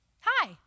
Hi